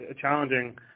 challenging